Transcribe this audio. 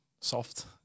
soft